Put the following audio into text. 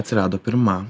atsirado pirma